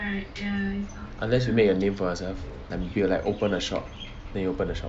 unless you make a name for yourself like maybe open a shop then you open a shop